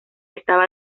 estaba